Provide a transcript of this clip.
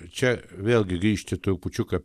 čia vėlgi grįžti trupučiuką